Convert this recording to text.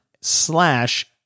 slash